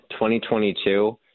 2022